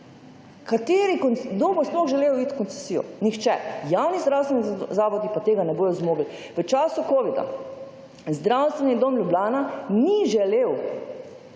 Kdo bo sploh želel iti v koncesijo? Nihče. Javni zdravstveni zavodi pa tega ne bodo zmogli. V času kovida zdravstveni dom Ljubljana ni želel